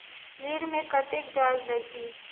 ऋण मे कतेक ब्याज लगही?